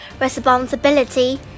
responsibility